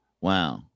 Wow